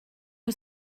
que